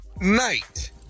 night